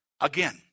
again